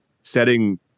setting